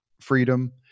freedom